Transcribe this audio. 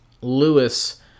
Lewis